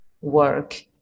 work